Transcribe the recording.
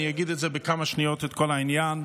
אני אגיד בכמה שניות את כל העניין.